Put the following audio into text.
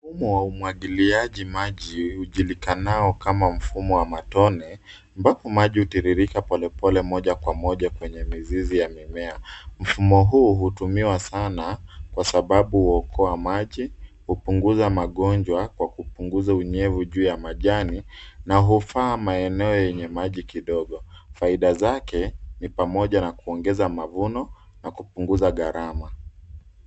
Mfumo wa umwangilianji maji ujulikanao kama mfumo wa matone ,ambapo maji hutiririka pole pole moja kwa moja kwenye mizizi ya mimea. Mfumo huu hutumiwa sana, kwasababu huokoa maji, kupunguza mangojwa kwa kupunguza unyevu juu ya majani na hufaa maeneo yenye maji kidogo. Faida zake ni pamoja na kuongeza mavuno na kupunguza garama.